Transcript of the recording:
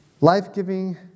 Life-giving